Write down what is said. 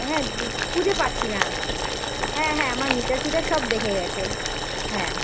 হ্যাঁ খুঁজে পাচ্ছি না হ্যাঁ হ্যাঁ আমার মিটার ফিটার সব দেখে গেছে হ্যাঁ